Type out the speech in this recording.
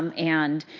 um and,